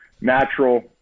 Natural